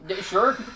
Sure